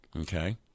Okay